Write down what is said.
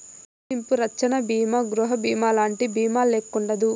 చెల్లింపు రచ్చన బీమా గృహబీమాలంటి బీమాల్లెక్కుండదు